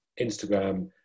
Instagram